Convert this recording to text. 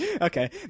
Okay